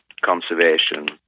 conservation